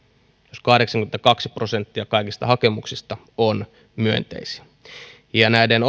jos kahdeksankymmentäkaksi prosenttia kaikista päätöksistä on myönteisiä ja näiden